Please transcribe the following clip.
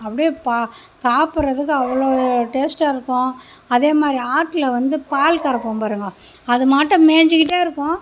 அப்படியே பா சாப்பிடறதுக்கு அவ்வளோ ஒரு டேஸ்டாகருக்கும் அதே மாதிரி ஆட்டில் வந்து பால் கறப்போம் பாருங்கள் அதை மாட்டு மேஞ்சி கிட்டே இருக்கும்